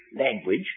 language